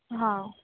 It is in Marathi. हां